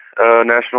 National